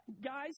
Guys